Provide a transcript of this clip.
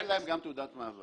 אין להם גם תעודת מעבר.